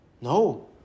No